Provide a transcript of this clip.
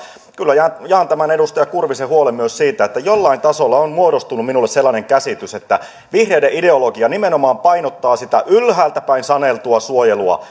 kyllä jaan tämän edustaja kurvisen huolen myös siitä jollain tasolla on muodostunut minulle sellainen käsitys että vihreiden ideologia nimenomaan painottaa sitä ylhäältäpäin saneltua suojelua